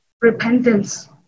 repentance